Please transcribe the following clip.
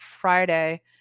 Friday